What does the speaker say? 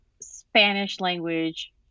Spanish-language